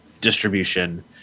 distribution –